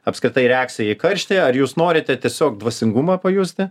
apskritai reakcija į karštį ar jūs norite tiesiog dvasingumą pajusti